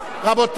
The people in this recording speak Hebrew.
רבותי,